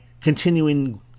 continuing